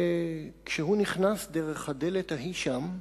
וכשהוא נכנס דרך הדלת ההיא, שם,